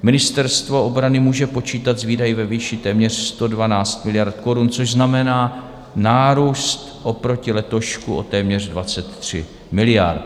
Ministerstvo obrany může počítat s výdaji ve výši téměř 112 miliard korun, což znamená nárůst oproti letošku o téměř 23 miliard.